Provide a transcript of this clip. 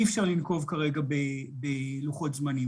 אי אפשר לנקוב כרגע בלוחות זמנים,